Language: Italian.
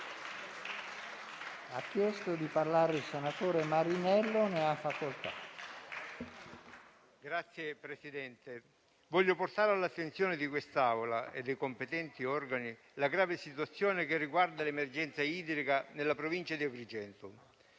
Signor Presidente, voglio portare all'attenzione di quest'Assemblea e dei competenti organi la grave situazione che riguarda l'emergenza idrica nella provincia di Agrigento.